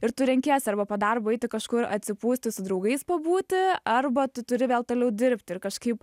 ir tu renkiesi arba po darbo eiti kažkur atsipūsti su draugais pabūti arba tu turi vėl toliau dirbti ir kažkaip